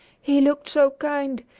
he looked so kind!